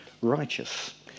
righteous